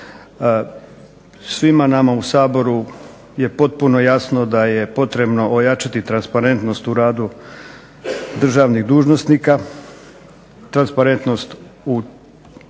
Svima nama u Saboru je potpuno jasno da je potrebno ojačati transparentnost u radu državnih dužnosnika, transparentnost u stjecanju njihovih